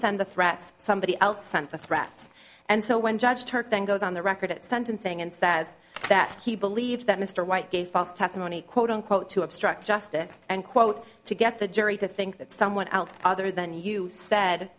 send the threats somebody else sent the threats and so when judge her then goes on the record at sentencing and says that he believes that mr white gave false testimony quote unquote to obstruct justice and quote to get the jury to think that someone else other than you said